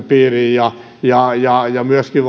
piiriin ja ja myöskin